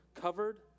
covered